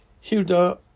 Hilda